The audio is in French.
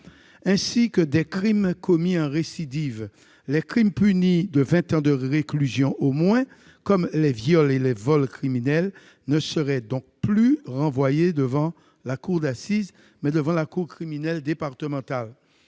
ainsi que des crimes commis dans le cadre d'une récidive. Les crimes punis de vingt ans de réclusion ou moins, comme les viols et les vols criminels, seraient donc renvoyés non plus devant la cour d'assises, mais devant la cour criminelle départementale.